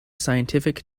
scientific